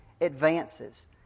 advances